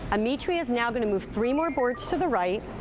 ametria is now going to move three more boards to the right.